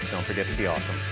don't forget to be awesome.